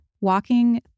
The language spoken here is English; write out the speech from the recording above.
walking